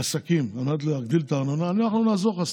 עסקים על מנת להגדיל את הארנונה, אנחנו נעזור לך.